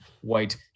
white